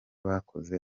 bakoze